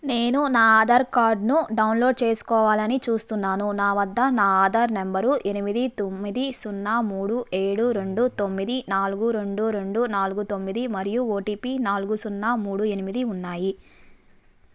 నేను నా ఆధార్ కార్డ్ను డౌన్లోడ్ చేసుకోవాలని చూస్తున్నాను నా వద్ద నా ఆధార్ నెంబరు ఎనిమిది తొమ్మిది సున్నా మూడు ఏడు రెండు తొమ్మిది నాలుగు రెండు రెండు నాలుగు తొమ్మిది మరియు ఓటీపీ నాలుగు సున్నా మూడు ఎనిమిది ఉన్నాయి